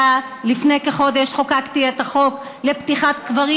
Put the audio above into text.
לפני כחודש חוקקתי את החוק לפתיחת קברים